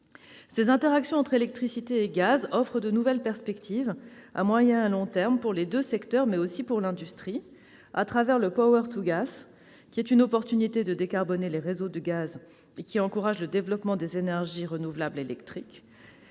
Ces interactions entre électricité et gaz offrent de nouvelles perspectives, à moyen et à long termes, pour ces deux secteurs, mais aussi pour l'industrie. Le «» constitue une opportunité de décarboner les réseaux de gaz et encourage le développement des énergies renouvelables électriques-